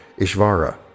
Ishvara